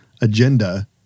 agenda